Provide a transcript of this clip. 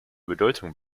bedeutung